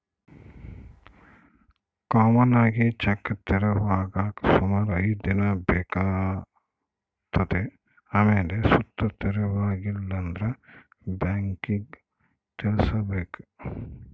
common ಆಗಿ check ತೆರವಾಗಾಕ ಸುಮಾರು ಐದ್ ದಿನ ಬೇಕಾತತೆ ಆಮೇಲ್ ಸುತ ತೆರವಾಗಿಲ್ಲಂದ್ರ ಬ್ಯಾಂಕಿಗ್ ತಿಳಿಸ್ಬಕು